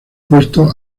puesto